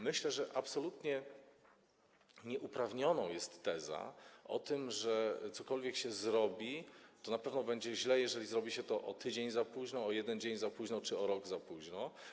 Myślę, że absolutnie nieuprawnioną jest teza, że cokolwiek, co się zrobi, to na pewno będzie źle, jeżeli zrobi się to o tydzień za późno, o jeden dzień za późno, czy o rok za późno.